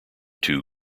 two